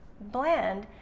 blend